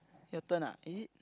your turn ah is it